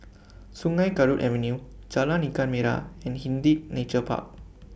Sungei Kadut Avenue Jalan Ikan Merah and Hindhede Nature Park